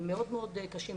הם מאוד מאוד קשים,